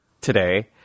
today